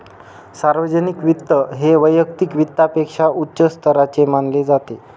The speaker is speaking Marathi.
सार्वजनिक वित्त हे वैयक्तिक वित्तापेक्षा उच्च स्तराचे मानले जाते